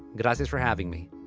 gracias for having me.